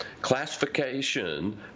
classification